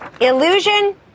Illusion